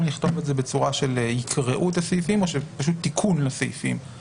לכתוב את זה בצורה של "יקראו את הסעיפים" או שפשוט תיקון לסעיפים.